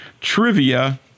trivia